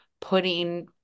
putting